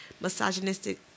misogynistic